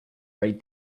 read